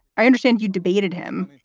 i understand you debated him.